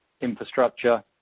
infrastructure